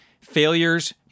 failures